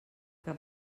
que